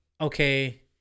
okay